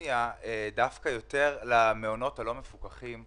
להתייחס למעונות הלא מפוקחים.